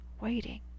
waiting